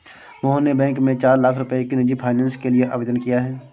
मोहन ने बैंक में चार लाख रुपए की निजी फ़ाइनेंस के लिए आवेदन किया है